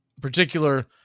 particular